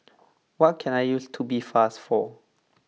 what can I use Tubifast for